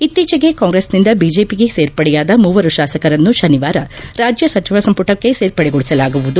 ಇತ್ತೀಚೆಗೆ ಕಾಂಗ್ರೆಸ್ನಿಂದ ಬಿಜೆಪಿಗೆ ಸೇರ್ಪಡೆಯಾದ ಮೂವರು ಶಾಸಕರನ್ನು ಶನಿವಾರ ರಾಜ್ಯ ಸಚಿವ ಸಂಪುಟಕ್ಕೆ ಸೇರ್ಪಡೆಗೊಳಿಸಲಾಗುವುದು